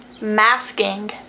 masking